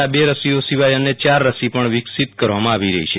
આ બે રસીઓ સિવાય અન્ય ચાર રસી પણ વેકસિન કરવામાં આવી રહો છે